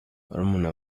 barumuna